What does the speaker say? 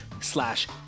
slash